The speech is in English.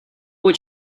what